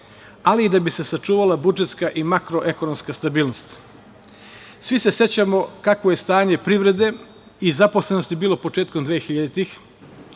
ali i da bi se sačuvala budžetska i makroekonomska stabilnost. Svi se sećamo kakvo je stanje privrede i zaposlenosti bilo početkom 2000.-tih,